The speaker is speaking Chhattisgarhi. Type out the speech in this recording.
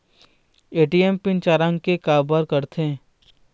ए.टी.एम पिन चार अंक के का बर करथे?